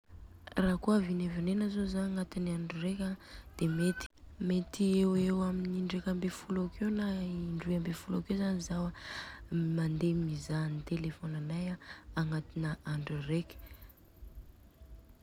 Rakôa vinevinena zô zaho agnatin'ny andro reka de mety mety eo ho eo amin'ny indreka ambinifolo akeo n'a indroy ambinifolo akeo zan zao mandeha mizaha an'ny telefaonina anay agnatina andro reka.